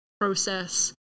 process